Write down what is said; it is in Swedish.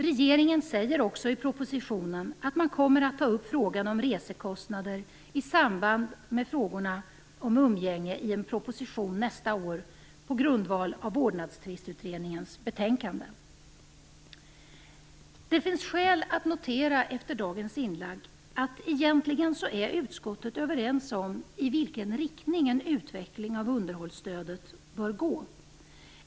Regeringen säger också i propositionen att den kommer att ta upp frågan om resekostnader i samband med frågorna om umgänge i en proposition nästa år på grundval av Det finns skäl att efter dagens inlägg notera att utskottet egentligen är överens om i vilken riktning en utveckling av underhållsstödet bör gå.